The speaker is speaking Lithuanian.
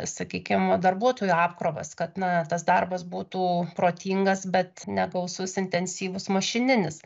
sakykim darbuotojų apkrovas kad na tas darbas būtų protingas bet negausus intensyvus mašininis